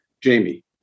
Jamie